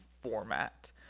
format